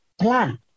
plan